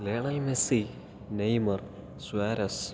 Lionel Messi Neymar Suarez